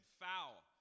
foul